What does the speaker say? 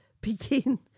begin